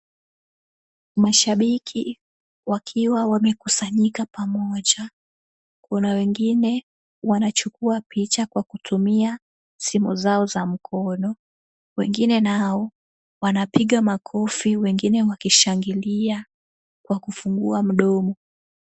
Mashabiki wakiwa wamekusanyika pamoja. Kuna wengine wanachukua picha kwa kutumia simu zao za mkono. Wengine nao wanapiga makofi, wengine wakishangilia kwa kufungua mdomo.